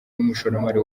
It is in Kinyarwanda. n’umushoramari